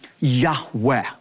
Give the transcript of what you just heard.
Yahweh